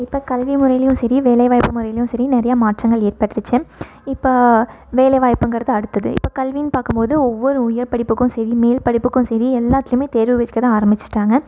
இப்போ கல்லி முறையிலேயும் சரி வேலைவாய்ப்பு முறையிலேயும் சரி நிறையா மாற்றங்கள் ஏற்பட்டிருச்சு இப்போ வேலை வாய்ப்புங்கிறது அடுத்தது இப்போ கல்வின்னு பார்க்கும்போது ஒவ்வொரு உயர்படிப்புக்கும் சரி மேல்படிப்புக்கும் சரி எல்லாத்துலேயுமே தேர்வு வைக்க தான் ஆரமிச்சுட்டாங்க